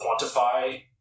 quantify